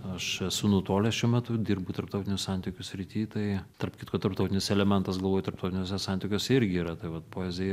aš esu nutolęs šiuo metu dirbu tarptautinių santykių srity tai tarp kitko tarptautinis elementas galvoju tarptautiniuose santykiuose irgi yra ta vat poezija